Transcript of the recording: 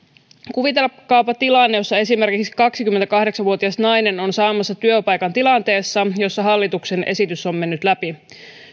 kuvitelkaapa tilanne jossa esimerkiksi kaksikymmentäkahdeksan vuotias nainen on saamassa työpaikan tilanteessa jossa hallituksen esitys on mennyt läpi